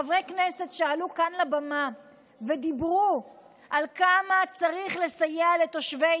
חברי כנסת שעלו כאן לבמה ודיברו על כמה צריך לסייע לתושבי